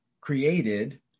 created